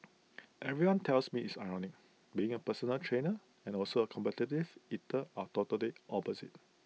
everyone tells me it's ironic being A personal trainer and also A competitive eater are totally opposites